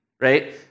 right